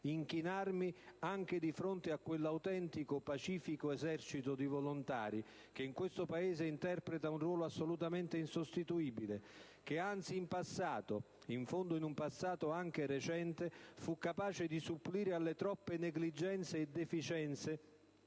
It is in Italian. inchinarmi di fronte anche a quell'autentico pacifico esercito di volontari che in questo Paese interpreta un ruolo assolutamente insostituibile, che anzi in passato - in fondo in un passato recente - fu capace di supplire alle troppe negligenze e deficienze